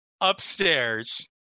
upstairs